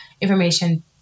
information